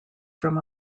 from